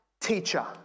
teacher